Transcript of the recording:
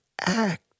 act